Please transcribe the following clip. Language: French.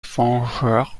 vengeurs